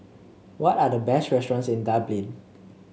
what are the best restaurants in Dublin